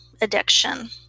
addiction